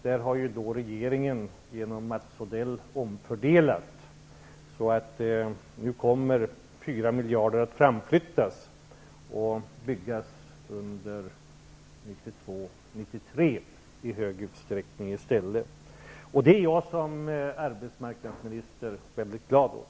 Där har regeringen genom Mats Odell omfördelat så att 4 miljarder kommer att framflyttas. Dessa satsningar kommer i hög utsträckning att ske under 1992--93 i stället. Det är jag som arbetsmarknadsminister mycket glad åt.